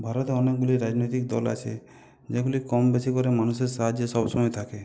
ভারতে অনেকগুলি রাজনৈতিক দল আছে যেগুলি কমবেশি করে মানুষের সাহায্যে সবসময় থাকে